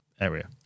area